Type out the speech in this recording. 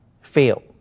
fail